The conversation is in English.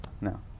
no